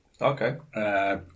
okay